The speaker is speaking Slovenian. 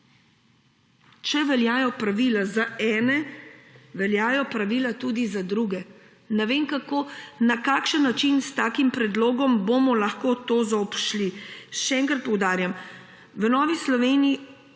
Če veljajo pravila za ene, veljajo pravila tudi za druge. Ne vem, na kakšen način bomo s takim predlogom lahko to zaobšli. Še enkrat poudarjam, takrat sem